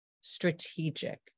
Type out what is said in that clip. strategic